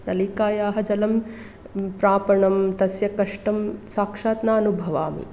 नलिकायाः जलं प्रापणं तस्य कष्टं साक्षात् न अनुभवामि